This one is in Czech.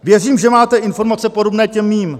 Věřím, že máte informace podobné těm mým.